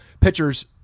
pitchers